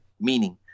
meaning